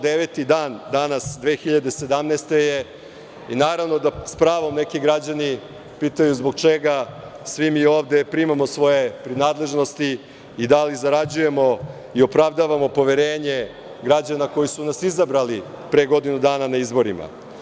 Danas, 2017. godine je 109. dan i naravno da s pravom neki građani pitaju zbog čega svi mi ovde primamo svoje prinadležnosti i da li zarađujemo i opravdavamo poverenje građana koji su nas izabrali pre godinu dana na izborima?